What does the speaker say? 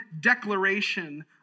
declaration